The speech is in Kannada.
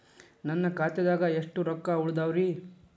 ನನ್ನ ಖಾತೆದಾಗ ಎಷ್ಟ ರೊಕ್ಕಾ ಉಳದಾವ್ರಿ?